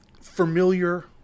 familiar